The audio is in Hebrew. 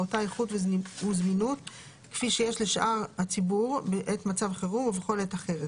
באותה איכות וזמינות כפי שיש לשאר הציבור בעת מצב חירום ובכל עת אחרת.